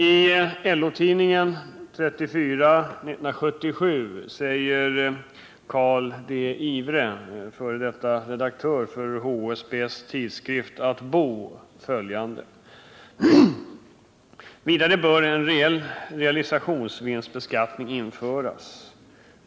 I LO-tidningen nr 34, 1977, säger Karl D. Ivre, f.d. redaktör för HSB:s tidskrift Att bo, följande: ”Vidare bör en reell realisationsvinstbeskattning införas.